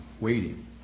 waiting